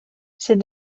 ces